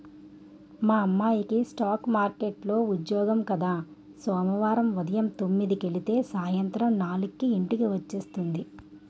మా అమ్మాయికి స్ఠాక్ మార్కెట్లో ఉద్యోగం కద సోమవారం ఉదయం తొమ్మిదికెలితే సాయంత్రం నాలుక్కి ఇంటికి వచ్చేస్తుంది